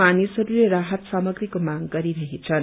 मानिसहरूले राइत सामग्रीको माग गरिरहेछन्